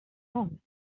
own